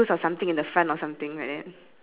ya so you can circle that fence for you